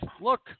look